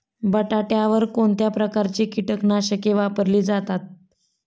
बटाट्यावर कोणत्या प्रकारची कीटकनाशके वापरली जातात?